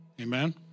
Amen